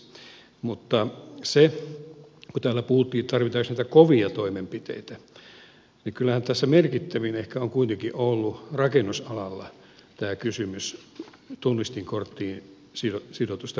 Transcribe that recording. mutta kun täällä puhuttiin että tarvitaanko niitä kovia toimenpiteitä niin kyllähän tässä merkittävin ehkä on kuitenkin ollut rakennusalalla tämä kysymys tunnistinkorttiin sidotusta veronumerosta